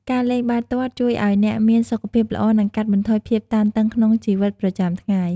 ការលេងបាល់ទាត់ជួយឲ្យអ្នកមានសុខភាពល្អ និងកាត់បន្ថយភាពតានតឹងក្នុងជីវិតប្រចាំថ្ងៃ។